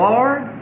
Lord